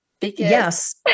Yes